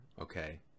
okay